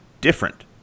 different